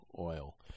oil